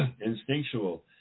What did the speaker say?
instinctual